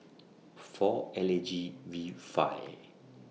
four L A G V five